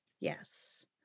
Yes